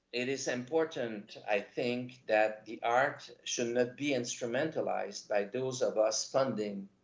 it is important, i think, that the art should not be instrumentalized by those of us funding,